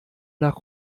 nach